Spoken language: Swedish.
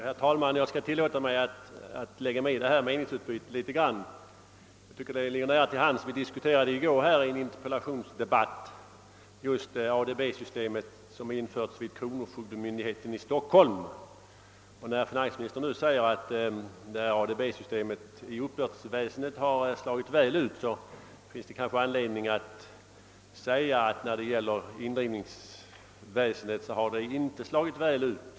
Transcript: Herr talman! Jag tillåter mig att något litet lägga mig i detta meningsutbyte. Det ligger nära till hands att jag gör det, eftersom vi i en interpellationsdebatt i går diskuterade just ADB-systemet, som har införts vid kronofogdemyndigheten i Stockholm. När finansministern nu säger att uppbördsväsendet har fungerat väl med detta ADB-system finns det anledning framhålla att när det gäller indrivningsväsendet har det inte slagit väl ut.